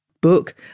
book